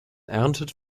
erntet